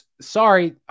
Sorry